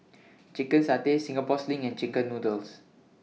Chicken Satay Singapore Sling and Chicken Noodles